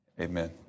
Amen